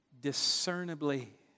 discernibly